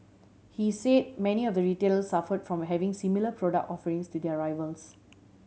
he say many of the retailers suffered from having similar product offerings to their rivals